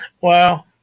Wow